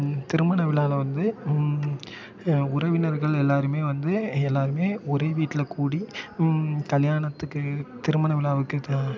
திருமண விழாவுல வந்து உறவினர்கள் எல்லாேருமே வந்து எல்லாேருமே ஒரே வீட்டில் கூடி கல்யாணத்துக்கு திருமண விழாவுக்கு த